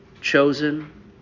chosen